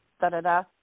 da-da-da